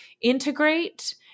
integrate